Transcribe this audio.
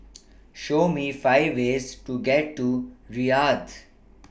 Show Me five ways to get to Riyadh